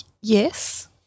Yes